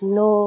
no